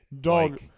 Dog